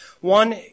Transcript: One